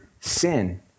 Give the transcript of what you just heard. sin